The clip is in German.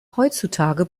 heutzutage